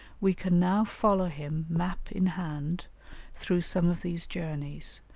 we can now follow him map in hand through some of these journeys,